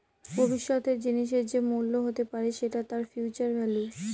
ভবিষ্যতের জিনিসের যে মূল্য হতে পারে সেটা তার ফিউচার ভেল্যু